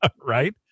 Right